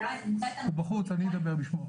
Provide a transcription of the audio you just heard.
הוא בחוץ, אני מדבר בשמו.